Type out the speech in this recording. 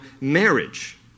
marriage